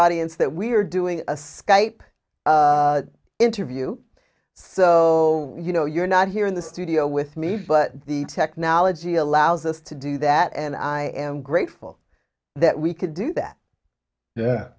audience that we're doing a skype interview so you know you're not here in the studio with me but the technology allows us to do that and i am grateful that we could do that yeah